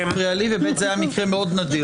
א', זה הפריע לי, ו-ב' זה היה מקרה מאוד נדיר.